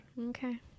okay